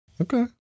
Okay